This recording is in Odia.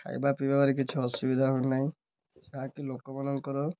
ଖାଇବା ପିଇବାରେ କିଛି ଅସୁବିଧା ହଉ ନାହିଁ ଯାହାକି ଲୋକମାନଙ୍କର